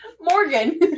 Morgan